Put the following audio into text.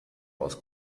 aus